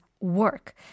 work